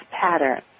pattern